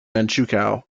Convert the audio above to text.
manchukuo